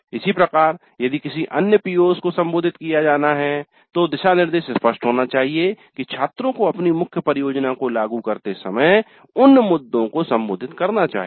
इसी प्रकार यदि किसी अन्य PO's को संबोधित किया जाना है तो दिशा निर्देश स्पष्ट होने चाहिए कि छात्रों को अपनी मुख्य परियोजना को लागू करते समय उन मुद्दों को संबोधित करना चाहिए